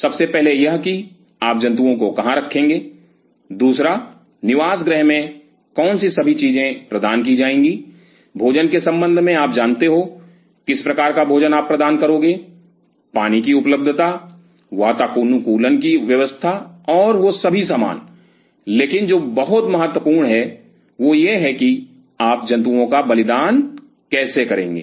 सबसे पहले यह कि आप जंतुओं को कहां रखोगे दूसरा निवास गृह में कौन सी सभी चीजें प्रदान की जाएंगी भोजन के संबंध में आप जानते हो किस प्रकार का भोजन आप प्रदान करोगे पानी की उपलब्धता वातानुकूलन की व्यवस्था और वह सभी सामान लेकिन जो बहुत महत्वपूर्ण है वह यह है कि आप जंतुओं का बलिदान कैसे करेंगे